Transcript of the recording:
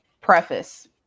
preface